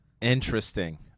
Interesting